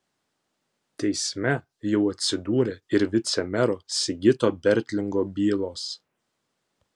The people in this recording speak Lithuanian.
teisme jau atsidūrė ir vicemero sigito bertlingo bylos